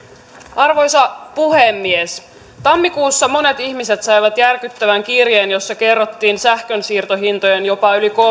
arvoisa puhemies tammikuussa monet ihmiset saivat järkyttävän kirjeen jossa kerrottiin sähkönsiirtohintojen jopa yli